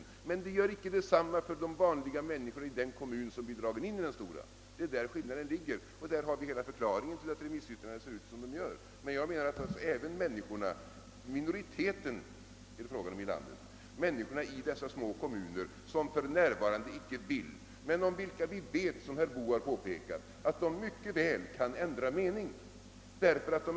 Det gör emellertid inte detsamma för de vanliga människorna i den kommun som blir indragen i den stora. Det är där skillnaden ligger. Och där har vi hela förklaringen till att remissyttrandena ser ut som de gör. Människorna i de små kommunerna — det rör sig om en minoritet i landet — som för närvarande inte vill ansluta sig till den större kommunen kan ju, som herr Boo har påpekat, mycket väl ändra mening.